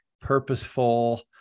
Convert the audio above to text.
purposeful